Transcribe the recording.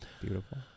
beautiful